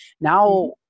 Now